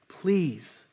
Please